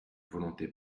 volonté